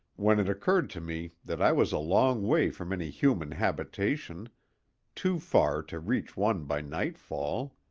when it occurred to me that i was a long way from any human habitation too far to reach one by nightfall.